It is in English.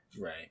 Right